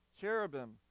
cherubim